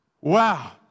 Wow